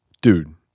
Dude